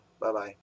Bye-bye